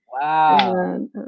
wow